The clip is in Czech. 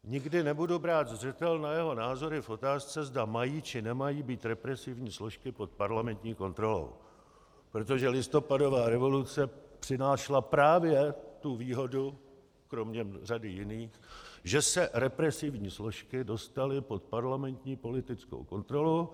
Nikdy nebudu brát zřetel na jeho názory v otázce, zda mají, či nemají být represivní složky pod parlamentní kontrolou, protože listopadová revoluce přinášela právě tu výhodu, kromě řady jiných, že se represivní složky dostaly pod parlamentní politickou kontrolu.